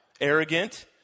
arrogant